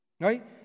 right